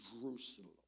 Jerusalem